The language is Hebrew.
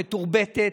מתורבתת,